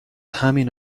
همین